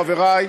חברי,